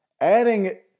adding